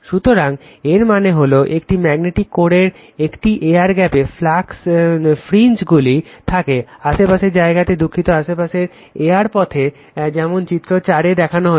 সুতরাং এর মানে হল একটি ম্যাগনেটিক কোরের একটি এয়ার গ্যাপে ফ্লাক্স ফ্রিঞ্জগুলো থাকে আশেপাশের জায়গায় দুঃখিত আশেপাশের এয়ার পাথ যেমন চিত্র 4 এ দেখানো হয়েছে